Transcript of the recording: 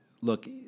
look